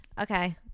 Okay